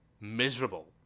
miserable